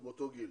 ובאותו גיל.